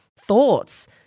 thoughts